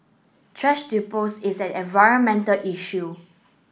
thrash dispose is an environmental issue